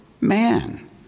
man